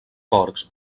porcs